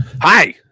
Hi